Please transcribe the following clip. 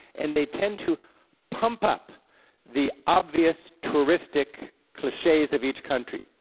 and they tend to pump up the obvious, touristic cliches of each country.